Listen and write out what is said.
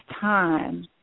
time